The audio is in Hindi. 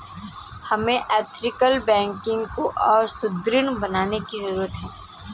हमें एथिकल बैंकिंग को और सुदृढ़ बनाने की जरूरत है